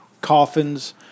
coffins